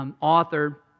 author